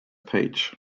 page